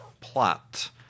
plot